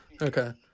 okay